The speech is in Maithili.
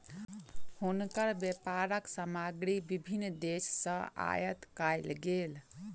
हुनकर व्यापारक सामग्री विभिन्न देस सॅ आयात कयल गेल